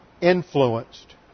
influenced